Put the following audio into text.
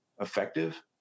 effective